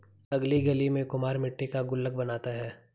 अगली गली में कुम्हार मट्टी का गुल्लक बनाता है